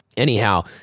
Anyhow